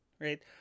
right